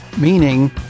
meaning